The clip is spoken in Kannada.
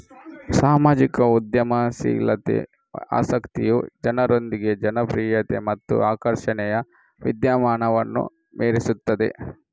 ಸಾಮಾಜಿಕ ಉದ್ಯಮಶೀಲತೆಯ ಆಸಕ್ತಿಯು ಜನರೊಂದಿಗೆ ಜನಪ್ರಿಯತೆ ಮತ್ತು ಆಕರ್ಷಣೆಯ ವಿದ್ಯಮಾನವನ್ನು ಮೀರಿಸುತ್ತದೆ